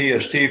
PST